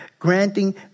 granting